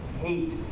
hate